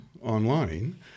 online